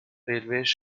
railways